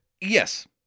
Yes